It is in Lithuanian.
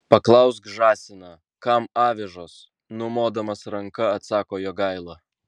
paklausk žąsiną kam avižos numodamas ranka atsako jogaila